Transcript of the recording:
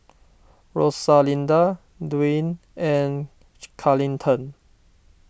Rosalinda Duane and Carleton